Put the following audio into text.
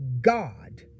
god